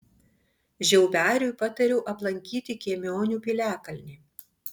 žiauberiui patariau aplankyti kiemionių piliakalnį